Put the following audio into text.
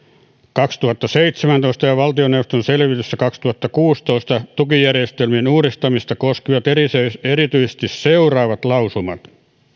kaksituhattaseitsemäntoista ja valtioneuvoston selvityksessä kaksituhattakuusitoista tukijärjestelmien uudistamista koskivat erityisesti erityisesti seuraavat lausumat